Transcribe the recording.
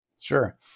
Sure